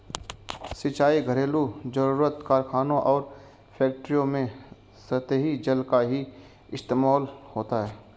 सिंचाई, घरेलु जरुरत, कारखानों और फैक्ट्रियों में सतही जल का ही इस्तेमाल होता है